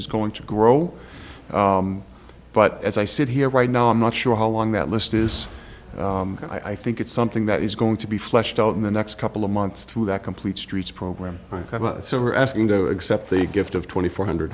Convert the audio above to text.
is going to grow but as i sit here right now i'm not sure how long that list is and i think it's something that is going to be fleshed out in the next couple of months through that complete streets program so we're asking to accept the gift of two thousand four hundred